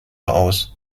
aus